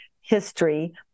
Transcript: history